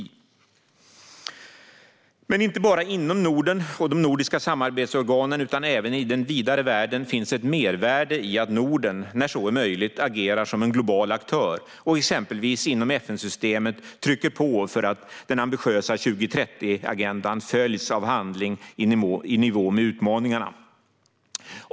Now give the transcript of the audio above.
Inte bara inom Norden och de nordiska samarbetsorganen utan även i den vidare världen finns ett mervärde i att Norden, när så är möjligt, agerar som en global aktör och exempelvis inom FN-systemet trycker på för att den ambitiösa Agenda 2030 följs av handling i nivå med utmaningarna.